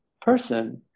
person